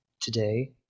today